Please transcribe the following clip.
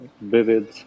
vivid